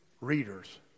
readers